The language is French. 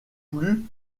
plus